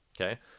okay